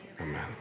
Amen